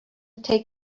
take